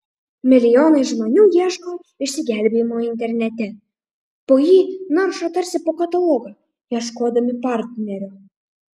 milijonai žmonių ieško išsigelbėjimo internete po jį naršo tarsi po katalogą ieškodami partnerio